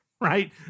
right